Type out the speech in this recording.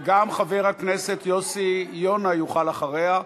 וגם חבר הכנסת יוסי יונה יוכל אחריה,